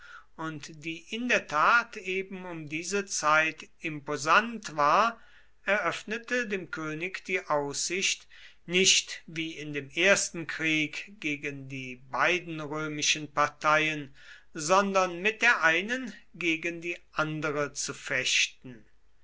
und die in der tat eben um diese zeit imposant war eröffnete dem könig die aussicht nicht wie in dem ersten krieg gegen die beiden römischen parteien sondern mit der einen gegen die andere zu fechten